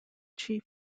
chief